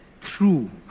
true